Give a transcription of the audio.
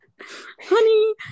honey